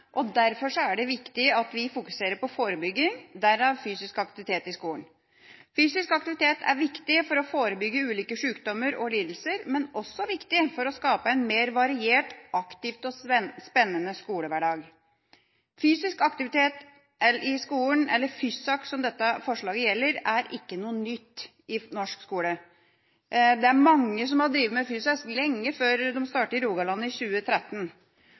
storsamfunnet. Derfor er det viktig at vi fokuserer på forebygging, derfor fysisk aktivitet i skolen. Fysisk aktivitet er viktig for å forebygge ulike sykdommer og lidelser, men også viktig for å skape en mer variert, aktiv og spennende skolehverdag. Fysisk aktivitet i skolen – eller FYSAK, som dette forslaget gjelder – er ikke noe nytt i norsk skole. Det er mange som har drevet med FYSAK, lenge før de startet med det i Rogaland i 2013.